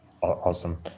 Awesome